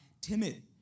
timid